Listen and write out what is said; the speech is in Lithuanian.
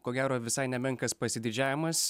ko gero visai nemenkas pasididžiavimas